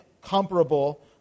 comparable